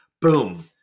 boom